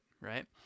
right